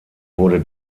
wurde